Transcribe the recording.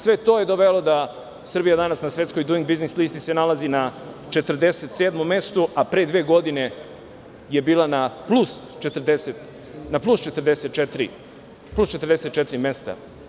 Sve to je dovelo da Srbija danas na svetskoj „duing biznis“ listi se nalazi na 47. mestu, a pre dve godine je bila na plus 44 mesta.